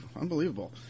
Unbelievable